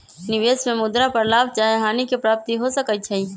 निवेश में मुद्रा पर लाभ चाहे हानि के प्राप्ति हो सकइ छै